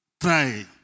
Try